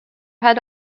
had